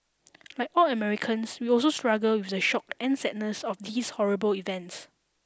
like all Americans we also struggle with the shock and sadness of these horrible events